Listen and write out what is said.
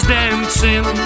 dancing